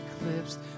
eclipsed